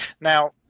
Now